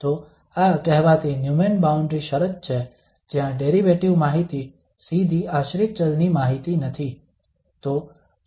તો આ કહેવાતી ન્યુમેન બાઉન્ડ્રી શરત છે જ્યાં ડેરિવેટિવ માહિતી સીધી આશ્રિત ચલ ની માહિતી નથી